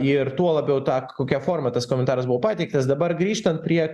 ir tuo labiau tą kokia forma tas komentaras buvo pateiktas dabar grįžtant prie